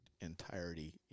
entirety